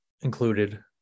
included